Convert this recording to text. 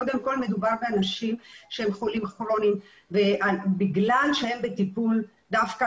קודם כול מדובר באנשים שהם חולים כרוניים ובגלל שהם בטיפול דווקא